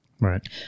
Right